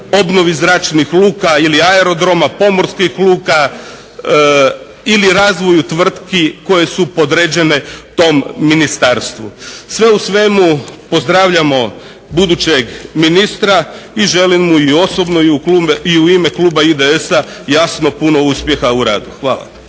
obnovi zračnih luka ili aerodroma, pomorskih luka ili razvoju tvrtki koje su podređene tom ministarstvu. Sve u svemu, pozdravljamo budućeg ministra i želim mu i osobno i u ime kluba IDS-a puno uspjeha u radu. Hvala.